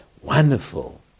wonderful